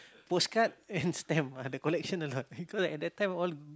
postcard and stamp ah the collection a lot cause at the time all